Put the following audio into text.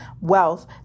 wealth